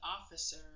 officer